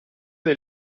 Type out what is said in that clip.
del